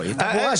היא ברורה.